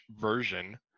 version